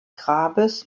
grabes